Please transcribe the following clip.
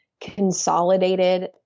consolidated